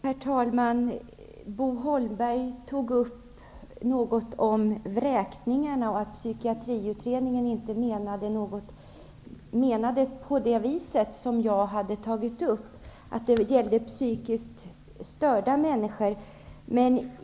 Herr talman! Bo Holmberg sade något om vräkningar och att Psykiatriutredningen inte menade det som jag talade om när det gäller psykiskt störda människor.